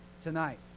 tonight